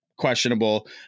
questionable